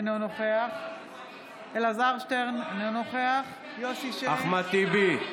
אינו נוכח אלעזר שטרן, אינו נוכח אחמד טיבי,